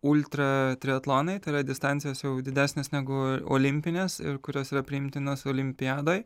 ultratriatlonai tai yra distancijos jau didesnės negu olimpinės ir kurios yra priimtinos olimpiadoj